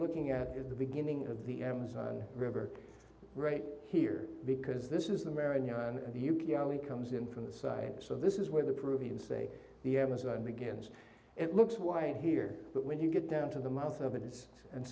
looking at the beginning of the amazon river right here because this is america and the u k only comes in from the side so this is where the peruvians say the amazon begins it looks white here but when you get down to the mouth of it is and